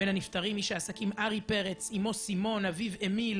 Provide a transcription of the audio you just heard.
אני אסיים עם סיפור קטן.